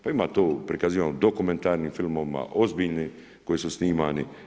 Pa ima tu prikazivano dokumentarnim filmovima ozbiljni koji su snimani.